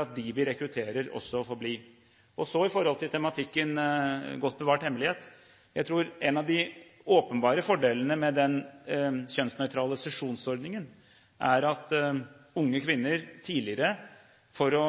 at de vi rekrutterer, blir. Til tematikken «godt bevart hemmelighet». Jeg tror en av de åpenbare fordelene med den kjønnsnøytrale sesjonsordningen er at unge kvinner tidligere – for å